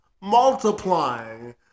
multiplying